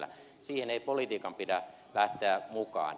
siihen ei politiikan pidä lähteä mukaan